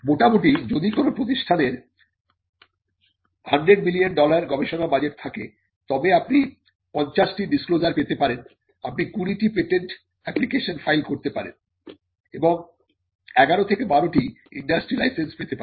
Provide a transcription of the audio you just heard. মোটামুটি যদি কোন প্রতিষ্ঠানের 100 মিলিয়ন ডলার গবেষণা বাজেট থাকে তবে আপনি 50টি ডিসক্লোজার পেতে পারেন আপনি 20টি পেটেন্ট অ্যাপ্লিকেশন ফাইল করতে পারেন এবং 11 থেকে 12টি ইন্ডাস্ট্রি লাইসেন্স পেতে পারেন